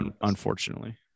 Unfortunately